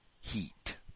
heat